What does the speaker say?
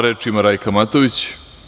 Reč ima Rajka Matović.